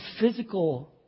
physical